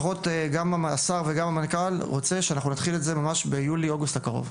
לפחות גם השר וגם המנכ"ל רוצים שנתחיל את זה ממש ביולי-אוגוסט הקרוב.